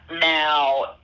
now